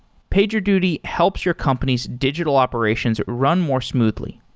pagerduty helps your company's digital operations run more smoothly.